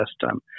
system